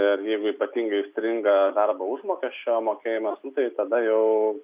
ir jeigu ypatingai stringa darbo užmokesčio mokėjimas taip tada jau